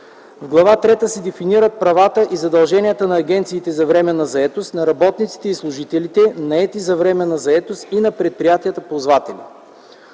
В Глава трета се дефинират правата и задълженията на агенциите за временна заетост, на работниците и служителите, наети за временна заетост, и на предприятията-ползватели.